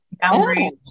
boundaries